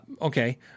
Okay